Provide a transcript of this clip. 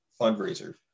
fundraiser